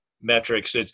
metrics